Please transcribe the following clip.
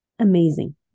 amazing